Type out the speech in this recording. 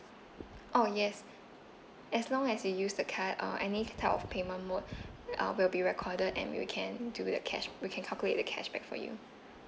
oh yes as long as you use the card uh any type of payment mode uh will be recorded and we can do the cash we can calculate the cashback for you